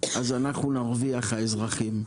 אז אנחנו נרוויח, האזרחים,